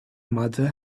mother